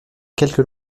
quelques